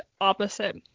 opposite